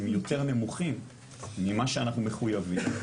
הם יותר נמוכים ממה שאנחנו מחויבים,